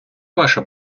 ваша